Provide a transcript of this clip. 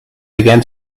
began